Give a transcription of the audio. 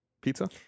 pizza